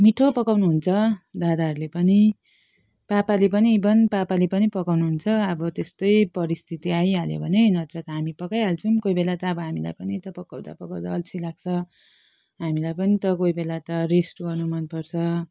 मिठो पकाउनुहुन्छ दादाहरूले पनि पापाले पनि बन पापाले पनि पकाउनुहुन्छ अब त्यस्तै परिस्थिति आइहाल्यो भने नत्र त हामी पकाइहाल्छौँ कोही बेला त अब हामीलाई पनि पकाउँदा पकाउँदा अल्छी लाग्छ हामीलाई पनि त कोही बेला त रेस्ट गर्नु मनपर्छ